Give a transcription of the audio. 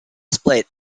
split